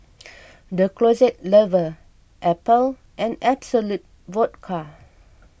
the Closet Lover Apple and Absolut Vodka